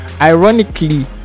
ironically